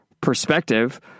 perspective